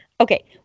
Okay